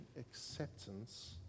acceptance